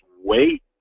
wait